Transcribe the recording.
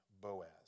Boaz